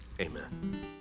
amen